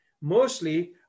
Mostly